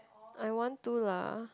I want to lah